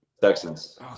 Texans